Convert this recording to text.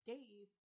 Dave